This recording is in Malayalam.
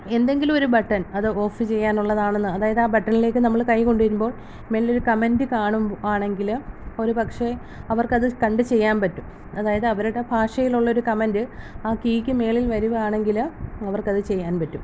എന്തെങ്കിലും ഒരു ബട്ടൺ അത് ഓഫ് ചെയ്യാനുള്ളതാണെന്ന് അതായത് ആ ബട്ടണിലേക്ക് നമ്മൾ കൈ കൊണ്ടുവരുമ്പോൾ മുകളിലൊരു കമൻറ് കാണുവാണെങ്കിൽ ഒരുപക്ഷേ അവർക്കത് കണ്ട് ചെയ്യാൻ പറ്റും അതായത് അവരുടെ ഭാഷയിൽ ഉള്ളൊരു കമൻറ് ആ കീയ്ക്ക് മുകളിൽ വരുവാണെങ്കിൽ അവർക്കത് ചെയ്യാൻ പറ്റും